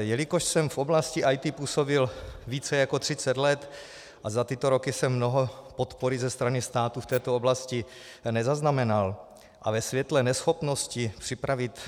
Jelikož jsem v oblasti IT působil více jak třicet let a za tyto roky jsem mnoho podpory ze strany státu v této oblasti nezaznamenal, a ve světle neschopnosti připravit